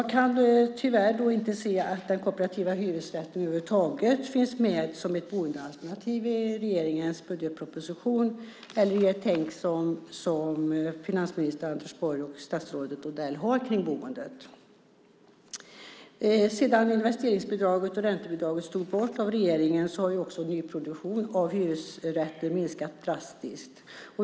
Jag kan tyvärr inte se att den kooperativa hyresrätten över huvud taget finns med som ett boendealternativ i regeringens budgetproposition eller i det tänk som finansminister Anders Borg och statsrådet Odell har kring boendet. Sedan investeringsbidraget och räntebidraget togs bort av regeringen har nyproduktion av hyresrätter minskat drastiskt.